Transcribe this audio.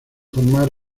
formar